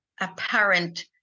apparent